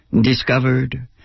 discovered